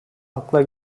akla